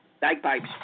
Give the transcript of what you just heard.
Bagpipes